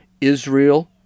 Israel